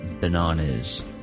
bananas